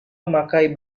memakai